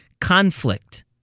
conflict